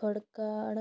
खडकाळ